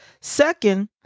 Second